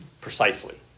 precisely